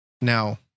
Now